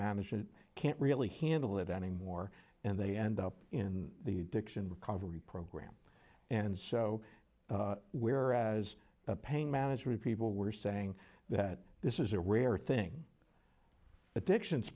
management can't really handle it anymore and they end up in the fiction recovery program and so we are as a pain management people were saying that this is a rare thing addictions